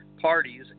parties